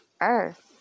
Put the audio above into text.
Earth